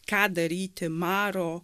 ką daryti maro